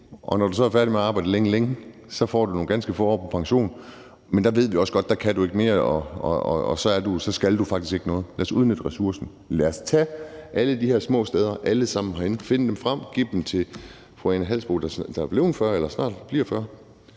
og når du så er færdig med at arbejde længe, længe, får du nogle ganske få år på pension, men der ved vi også godt, at der kan du ikke mere, og så skal du faktisk ikke noget. Lad os udnytte ressourcen. Lad os tage alle de her små steder, alle sammen herinde, og finde dem frem og give dem til beskæftigelsesministeren, der er blevet 40 år eller snart bliver 40